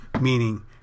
meaning